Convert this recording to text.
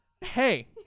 Hey